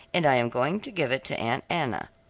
and i am going to give it to aunt anna.